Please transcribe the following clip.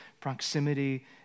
proximity